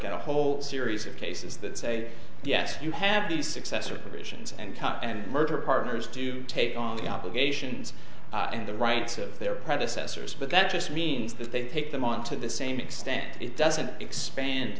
fabric a whole series of cases that say yes you have the successor provisions and come and murder partners to take on the obligations and the rights of their predecessors but that just means that they take them on to the same extent it doesn't expand